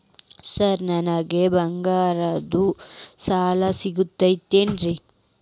Sir ನನಗೆ ಬಂಗಾರದ್ದು ಸಾಲ ಸಿಗುತ್ತೇನ್ರೇ?